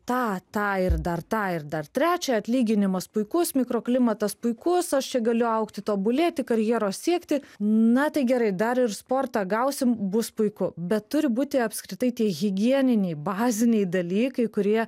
tą tą ir dar tą ir dar trečią atlyginimas puikus mikroklimatas puikus aš čia galiu augti tobulėti karjeros siekti na tai gerai dar ir sportą gausim bus puiku bet turi būti apskritai tie higieniniai baziniai dalykai kurie